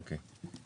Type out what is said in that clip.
אוקיי.